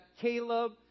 Caleb